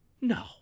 no